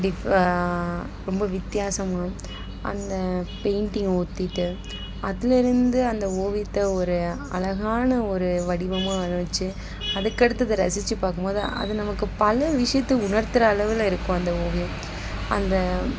டிஃப் ரொம்ப வித்தியாசமாக அந்த பெயிண்டிங்கை ஊற்றிட்டு அதிலேருந்து அந்த ஓவியத்தை ஒரு அழகான ஒரு வடிவமாக அமைச்சு அதுக்கடுத்தது அது ரசித்து பார்க்கும் போது அது நமக்கு பல விஷயத்த உணர்த்துகிற அளவில் இருக்கும் அந்த ஓவியம் அந்த